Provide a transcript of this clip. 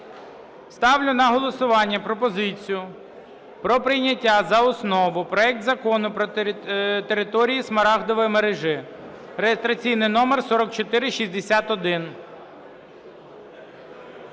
Ставлю на голосування пропозицію про прийняття за основу проекту Закону про території Смарагдової мережі (реєстраційний номер 4461).